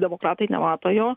demokratai nemato jo